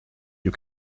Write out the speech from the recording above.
you